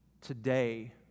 today